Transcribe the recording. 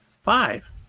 five